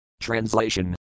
Translation